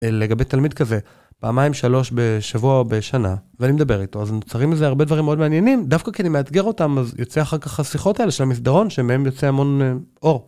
לגבי תלמיד כזה, פעמיים, שלוש, בשבוע או בשנה ואני מדבר איתו אז נוצרים לזה הרבה דברים מאוד מעניינים דווקא כי אני מאתגר אותם אז יוצא אחר כך השיחות האלה של המסדרון שמהם יוצא המון אור.